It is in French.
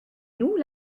nous